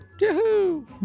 Yahoo